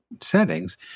settings